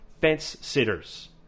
fence-sitters